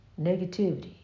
negativity